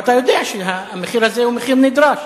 ואתה יודע שהמחיר הזה הוא המחיר הנדרש